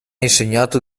insegnato